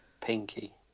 Pinky